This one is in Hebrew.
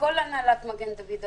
לכל הנהלת "מגן דוד אדום".